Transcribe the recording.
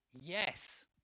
yes